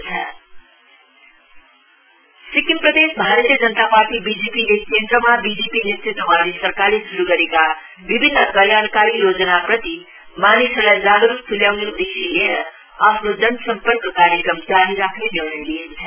BJP Sikkim प्रदेश Bharatiya Janata Party बिजेपिले केन्द्रमा बिजेपी नेतृत्ववादी सरकारले श्रू गरेका विभिन्न कल्याणकारी जोयनाप्रति मानिसहरूलाई जागरूक तुल्याउने उदेश्य लिएर आफ्नो जनसर्म्पक कार्यक्रम जारी राख्ने निर्णय लिएको छ